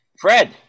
Fred